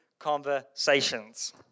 conversations